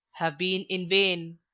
have been in vain.